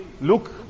look